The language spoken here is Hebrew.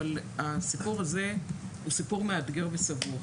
אבל הסיפור הזה הוא סיפור מאתגר וסבוך.